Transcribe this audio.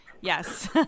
yes